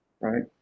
right